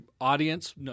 audience